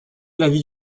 l’avis